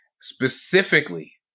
specifically